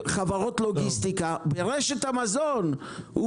חברות לוגיסטיקה ברשת המזון.